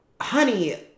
Honey